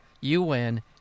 UN